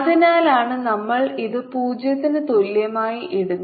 അതിനാലാണ് നമ്മൾ ഇത് 0 ന് തുല്യമായി ഇടുന്നത്